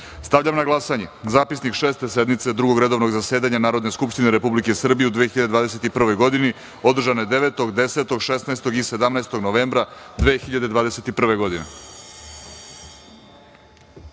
na glasanje zapisnik Šeste sednice Drugog redovnog zasedanja Narodne skupštine Republike Srbije u 2021. godini, održane 9,10,16. i 17. novembra 2021.